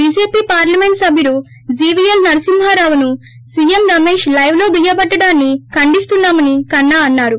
BJP parliament సబ్బుడు GVL నరసింహారావును CM Ramesh లైవీలో దుయ్యబట్టడాన్ని ఖండిస్తున్నామని కన్నా అన్నారు